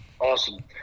awesome